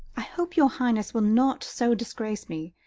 i hope your highness will not so disgrace me,